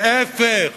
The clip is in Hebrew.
להיפך.